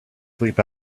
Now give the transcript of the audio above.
sleep